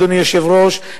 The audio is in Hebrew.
אדוני היושב-ראש,